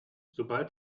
sobald